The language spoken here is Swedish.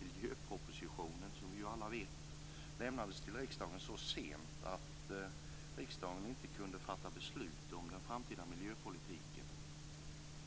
Miljöpropositionen avlämnades - som vi alla vet - så sent att riksdagen då inte kunde fatta beslut om den framtida miljöpolitiken